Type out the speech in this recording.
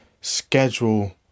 schedule